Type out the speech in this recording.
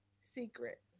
secret